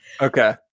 okay